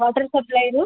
water ସପ୍ଲାଇରୁ